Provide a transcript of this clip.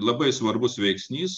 labai svarbus veiksnys